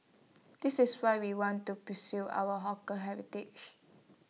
this is why we want to our hawker heritage